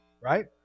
right